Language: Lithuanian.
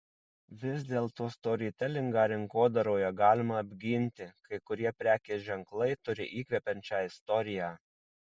vis dėlto storytelingą rinkodaroje galima apginti kai kurie prekės ženklai turi įkvepiančią istoriją